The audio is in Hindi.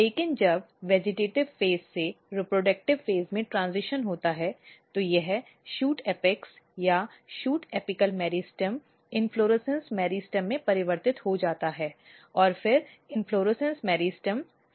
लेकिन जब वेजिटेटिव़ चरण से प्रजनन चरण में ट्रैन्ज़िशैन होता है तो यह शूट एपेक्स या शूट एपिकल मेरिस्टेम पुष्पक्रम इन्फ्लोरेसन्स मेरिस्टम में परिवर्तित हो जाता है और फिर इन्फ्लोरेसन्स मेरिस्टम फूल बनाता है